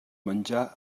menjar